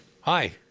Hi